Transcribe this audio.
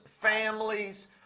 families